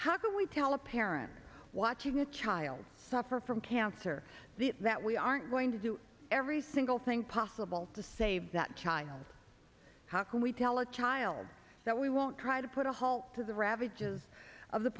how can we tell a parent watching a child suffer from cancer that we aren't going to do every single thing possible to save that child how can we tell a child that we won't try to put a halt to the ra